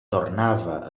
tornava